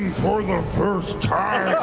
for the first time.